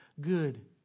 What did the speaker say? Good